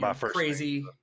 crazy